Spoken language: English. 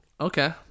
Okay